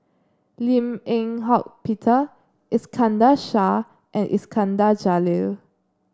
Lim Eng Hock Peter Iskandar Shah and Iskandar Jalil